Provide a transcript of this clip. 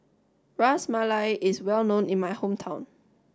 Ras Malai is well known in my hometown